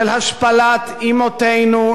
של השפלת אמהותינו,